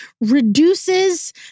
reduces